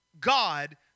God